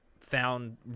found